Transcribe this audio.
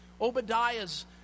Obadiah's